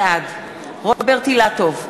בעד רוברט אילטוב,